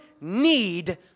need